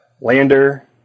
lander